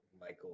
Michael